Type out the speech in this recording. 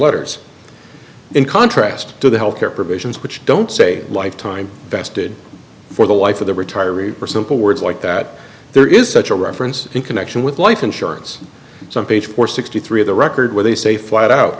letters in contrast to the health care provisions which don't say lifetime vested for the life of the retiree or simple words like that there is such a reference in connection with life insurance some page for sixty three of the record where they say flat out